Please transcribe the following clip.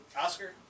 Oscar